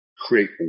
create